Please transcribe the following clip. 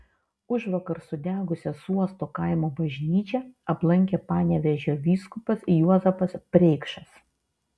užvakar sudegusią suosto kaimo bažnyčią aplankė panevėžio vyskupas juozapas preikšas